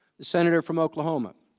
senator from oklahoma